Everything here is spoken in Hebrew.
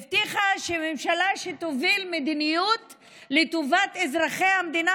הבטיחה ממשלה שתוביל מדיניות לטובת אזרחי המדינה